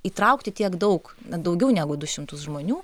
įtraukti tiek daug daugiau negu du šimtus žmonių